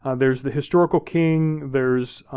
ah there's the historical king. there's